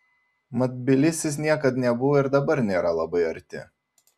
mat tbilisis niekad nebuvo ir dabar nėra labai arti